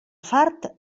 fart